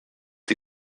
die